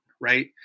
right